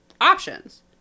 options